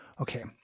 Okay